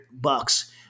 bucks